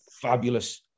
Fabulous